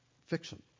fiction